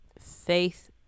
faith